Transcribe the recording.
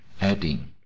adding